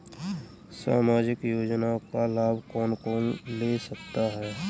सामाजिक योजना का लाभ कौन कौन ले सकता है?